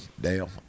Dale